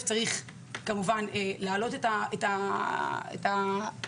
צריך כמובן להעלות את התעריפים